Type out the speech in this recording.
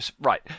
Right